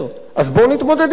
אז בוא נתמודד עם המצוקות,